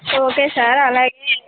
okay sir అలాగే